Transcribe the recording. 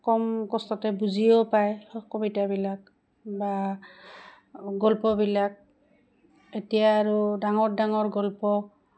কম কষ্টতে বুজিও পায় কবিতাবিলাক বা গল্পবিলাক এতিয়া আৰু ডাঙৰ ডাঙৰ গল্প